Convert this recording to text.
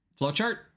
flowchart